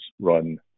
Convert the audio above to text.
run